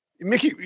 mickey